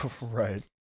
Right